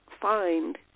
find